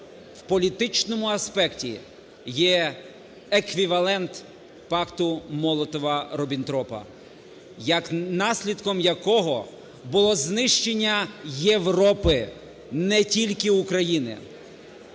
в політичному аспекті є еквівалент пакту Молотова-Ріббентропа, наслідком якого було знищення Європи, не тільки України.